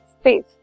space